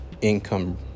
income